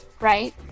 right